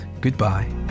goodbye